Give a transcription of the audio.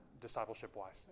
discipleship-wise